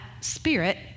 spirit